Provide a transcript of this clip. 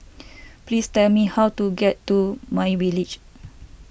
please tell me how to get to My Village